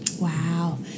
Wow